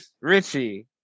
richie